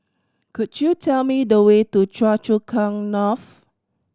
could you tell me the way to Choa Chu Kang North